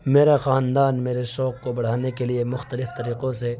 میرا خاندان میرے شوق کو بڑھانے کے لیے مختلف طریقوں سے